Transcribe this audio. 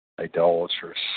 idolatrous